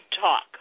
talk